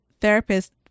therapist